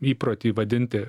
įprotį vadinti